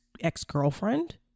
ex-girlfriend